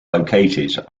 located